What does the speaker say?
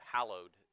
Hallowed